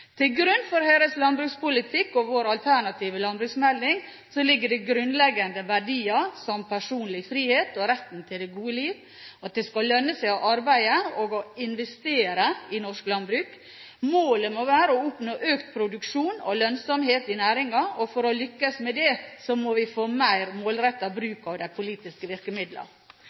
grunn for Høyres landbrukspolitikk og vår alternative landbruksmelding ligger det grunnleggende verdier som personlig frihet og retten til det gode liv, at det skal lønne seg å arbeide og investere i norsk landbruk. Målet må være å oppnå økt produksjon og lønnsomhet i næringen. For å lykkes med det må vi få mer målrettet bruk av de politiske